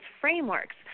frameworks